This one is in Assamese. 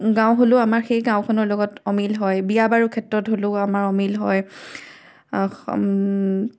গাঁও হ'লেও আমাৰ সেই গাঁওখনৰ লগত অমিল হয় বিয়া বাৰুৰ ক্ষেত্ৰত হ'লেও আমাৰ অমিল হয়